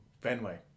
Fenway